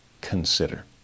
consider